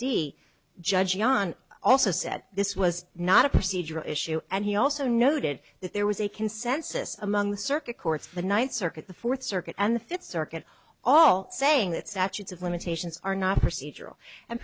de judge yohn also said this was not a procedural issue and he also noted that there was a consensus among the circuit courts the ninth circuit the fourth circuit and the fifth circuit all saying that saturates of limitations are not procedural and